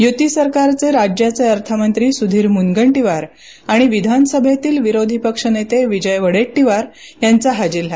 युती सरकारचे राज्याचे अर्थमंत्री सुधीर मुनगंटीवार आणि विधानसभेतील विरोधी पक्षनेते विजय वडेट्टीवार यांचा हा जिल्हा